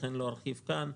לכן לא ארחיב כאן.